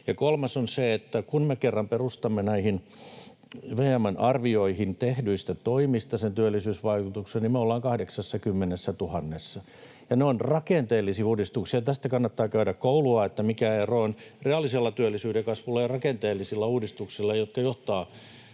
kolmas on se, että kun me kerran perustamme sen työllisyysvaikutuksen näihin VM:n arvioihin tehdyistä toimista, niin me ollaan 80 000:ssa. Ne ovat rakenteellisia uudistuksia — tästä kannattaa käydä koulua, mikä ero on reaalisella työllisyyden kasvulla ja rakenteellisilla uudistuksilla, jotka johtavat